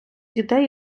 дітей